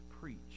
preach